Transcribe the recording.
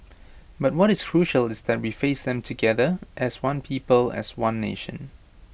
but what is crucial is that we face them together as one people as one nation